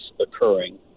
occurring